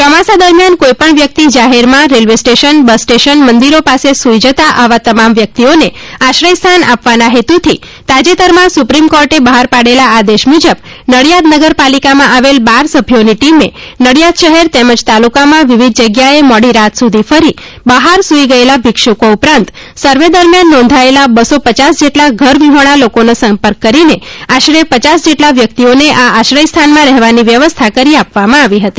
ચોમાસા દરમિયાન કોઈ પણ વ્યક્તિ જાહેરમાં રેલવે સ્ટેશન બસ સ્ટેન્ડ મંદિરો પાસે સૂઈ જતાં આવા તમામ વ્યક્તિઓને આશ્રય સ્થાન આપવાના હેતુથી તાજેતરમાં સુપ્રીમ કોર્ટે બહાર પાડેલ આદેશ મુજબ નડિયાદ નગરપાલિકામાં આવેલ બાર સભ્યોની ટીમે નડિયાદ શહેર તેમજ તાલુકામાં વિવિધ જગ્યાએ મોડી રાત સુધી ફરી બહાર સુઈ ગયેલા ભિક્ષુકો ઉપરાંત સર્વે દરમિયાન નોંધાયેલા બસ્સો પચાસ જેટલા ઘરવિહોણા લોકોનો સંપર્ક કરીને આશરે પચાસ જેટલા વ્યક્તિઓને આ આશ્રય સ્થાનમાં રહેવાની વ્યવસ્થા કરી આપવામાં આવી હતી